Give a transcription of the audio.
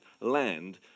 land